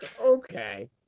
Okay